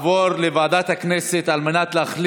לוועדה שתקבע ועדת הכנסת נתקבלה.